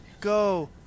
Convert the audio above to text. go